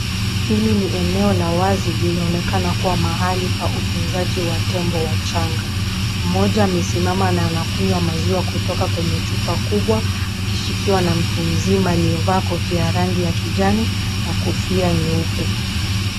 Hili ni eneo la wazi inaonekana kuwa mahali pa utuzanji wa tembo wachanga. Mmoja amesimama na anakunywa maziwa kutoka kwenye chupa kubwa akishikiwa na mtu mzima aliye vaa koti ya rangi ya kijani na lofia nyeupe.